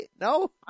No